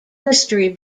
mystery